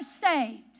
saved